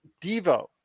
Devo